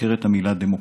מוזכרת המילה "דמוקרטיה".